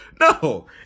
No